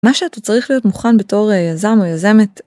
מה שאתה צריך להיות מוכן בתור יזם או יזמת.